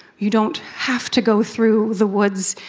you don't have to go through the woods,